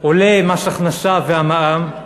עולה מס הכנסה והמע"מ,